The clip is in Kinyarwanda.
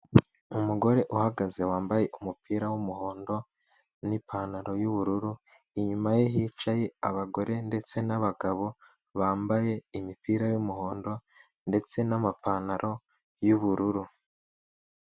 Umugore uhagaze wambaye umupira w'umuhondo n'ipantaro y'ubururu, inyuma ye hicaye abagore ndetse n'abagabo, bambaye imipira y'umuhondo ndetse n'amapantaro y'ubururu.